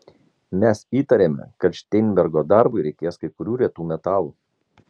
mes įtarėme kad šteinbergo darbui reikės kai kurių retų metalų